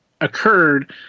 occurred